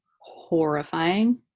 horrifying